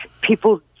people